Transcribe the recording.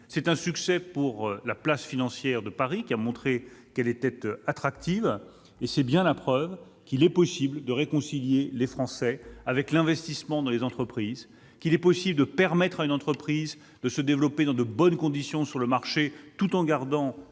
un succès pour la place financière de Paris, qui a montré qu'elle était attractive. C'est bien la preuve qu'il est possible de réconcilier les Français avec l'investissement dans les entreprises, qu'il est possible de permettre à une entreprise de se développer dans de bonnes conditions sur le marché tout en conservant